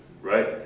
right